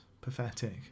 pathetic